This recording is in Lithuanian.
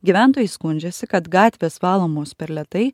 gyventojai skundžiasi kad gatvės valomos per lėtai